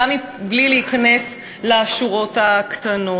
גם בלי להיכנס לשורות הקטנות.